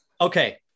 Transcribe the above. Okay